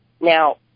Now